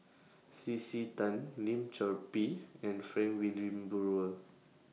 C C Tan Lim Chor Pee and Frank Wilmin Brewer